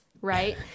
right